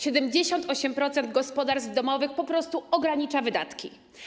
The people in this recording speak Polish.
78% gospodarstw domowych po prostu ogranicza wydatki.